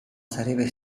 sarebbe